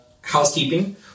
housekeeping